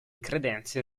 credenze